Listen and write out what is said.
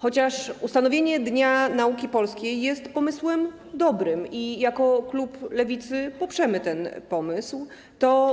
Chociaż ustanowienie Dnia Nauki Polskiej jest dobrym pomysłem i jako klub Lewicy go poprzemy,